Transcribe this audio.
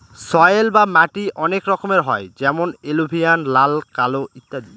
soil বা মাটি অনেক রকমের হয় যেমন এলুভিয়াল, লাল, কালো ইত্যাদি